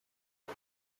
you